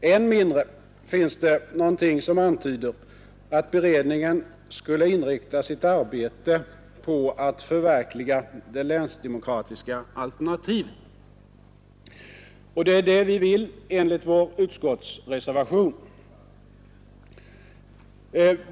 Än mindre finns det någonting som antyder att beredningen skulle inrikta sitt arbete på att förverkliga det länsdemokratiska alternativet. Och det är det vi vill enligt vår utskottsreservation.